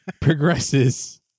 progresses